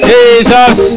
Jesus